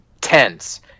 tense